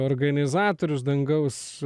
organizatorius dangaus